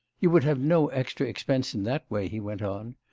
you would have no extra expense in that way he went on.